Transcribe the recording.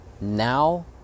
now